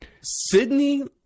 Sydney